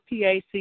PAC